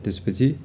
त्यसपछि